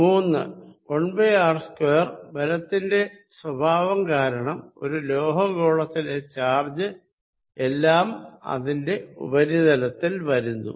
മൂന്ന് 1 r2 ബലത്തിന്റെ സ്വഭാവം കാരണം ഒരു ലോഹ ഗോളത്തിലെ ചാർജ് എല്ലാം അതിന്റെ ഉപരിതലത്തിൽ വരുന്നു